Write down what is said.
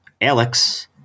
Alex